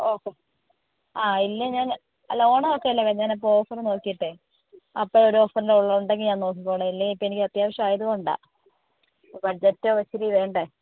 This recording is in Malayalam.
ഓക്കെ ആ ഇല്ലേ ഞാൻ ലോൺ ഓക്കെ അല്ലേ ഞാനപ്പോൾ ഓഫർ നോക്കിയിട്ടേ അപ്പം ഒരു ഓഫറിലുള്ളത് ഉണ്ടെങ്കിൽ ഞാൻ നോക്കിക്കോളാം ഇല്ലെ ഇപ്പം എനിക്ക് അത്യാവശ്യം ആയതു കൊണ്ടാണ് ബഡ്ജറ്റ് ഒത്തിരി വേണ്ടേ